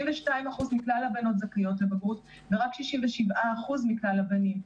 72% מכלל הבנות זכאיות לבגרות ורק 67% מכלל הבנים.